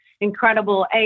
incredible